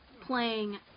playing